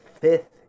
fifth